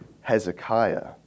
Hezekiah